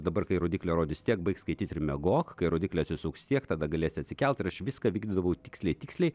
dabar kai rodyklė rodys tiek baik skaityti ir miegok kai rodyklė atsisuks tiek tada galėsi atsikelt ir aš viską vykdydavau tiksliai tiksliai